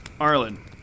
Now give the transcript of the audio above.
Arlen